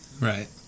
Right